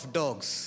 dogs